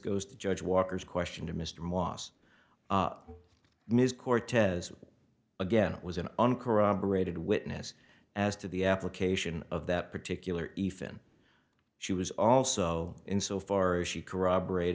goes to judge walker's question to mr moss ms cortez again it was an uncorroborated witness as to the application of that particular if in she was also in so far as she corroborate